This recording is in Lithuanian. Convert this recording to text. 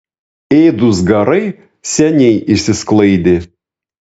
ėdūs garai seniai išsisklaidė